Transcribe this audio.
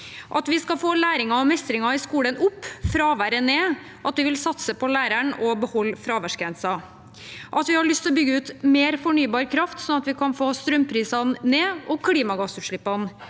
Vi skal få læringen og mestringen i skolen opp og fraværet ned, og vi vil satse på læreren og beholde fraværsgrensen. Vi har lyst til å bygge ut mer fornybar kraft, sånn at vi kan få strømprisene og klimagassutslippene ned.